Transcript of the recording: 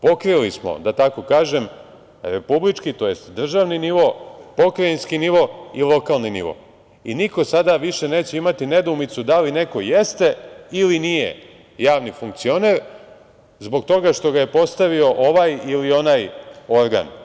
Pokrili smo, da tako kažem, republički tj. državni nivo, pokrajinski nivo i lokalni nivo i niko sada više neće imati nedoumicu da li neko jeste ili nije javni funkcioner zbog toga što ga je postavio ovaj ili onaj organ.